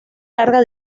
larga